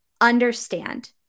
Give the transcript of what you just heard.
understand